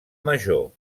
major